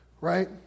right